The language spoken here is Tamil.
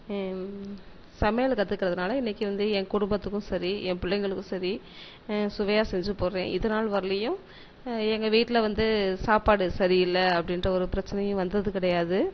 சமையல் கற்றுக்கிறதுனால இன்னைக்கு வந்து ஏன் குடும்பத்துக்கும் சரி ஏன் பிள்ளைங்களுக்கும் சரி சுவையாக செஞ்சு போடுறேன் இது நாள் வர்லையும் எங்கள் வீட்டில் வந்து சாப்பாடு சரியில்லை அப்படின்ற ஒரு பிரச்சனையும் வந்தது கிடையாது